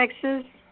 Texas